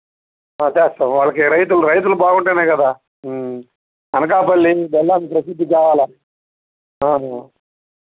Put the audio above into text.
చేస్తాం వాళ్ళకి రైతులు రైతులు బాగుంటే కదా అనకాపల్లి బెల్లానికి ప్రసిద్ధి కావాలి